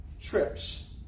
trips